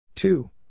Two